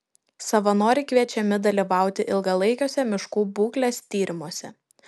savanoriai kviečiami dalyvauti ilgalaikiuose miškų būklės tyrimuose